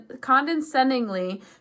condescendingly